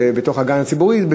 בגן הציבורי,